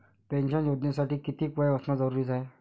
Pension योजनेसाठी कितीक वय असनं जरुरीच हाय?